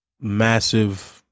massive –